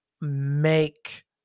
make